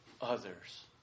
others